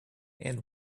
and